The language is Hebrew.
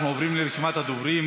אנחנו עוברים לרשימת הדוברים.